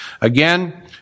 again